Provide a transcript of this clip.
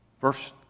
Verse